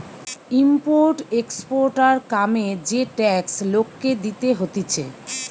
import exporter কামে যে tax লোককে দিতে হতিছে